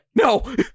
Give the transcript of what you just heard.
No